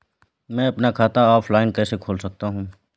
मैं अपना खाता ऑफलाइन कैसे खोल सकता हूँ?